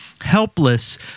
helpless